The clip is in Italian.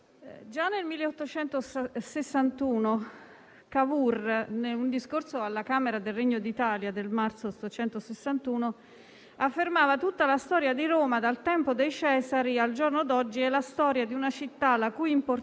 già nel marzo 1861 Cavour, in un discorso alla Camera del Regno d'Italia, affermava: «Tutta la storia di Roma, dal tempo dei Cesari al giorno d'oggi, è la storia di una città la cui importanza